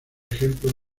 ejemplo